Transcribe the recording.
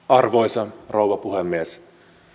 arvoisa rouva puhemies